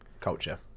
culture